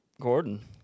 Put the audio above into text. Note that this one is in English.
Gordon